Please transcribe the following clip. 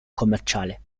commerciale